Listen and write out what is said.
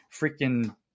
freaking